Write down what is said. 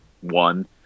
one